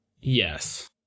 Yes